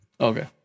Okay